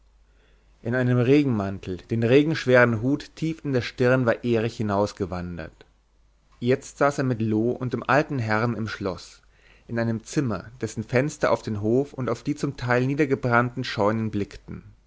in einem regenmantel den regenschweren hut tief in der stirn war erich hinausgewandert jetzt saß er mit loo und dem alten herrn im schloß in einem zimmer dessen fenster auf den hof und die zum teil niedergebrannten scheunen blickten